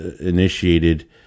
initiated